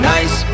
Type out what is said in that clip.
Nice